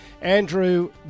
Andrew